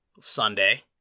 Sunday